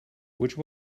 which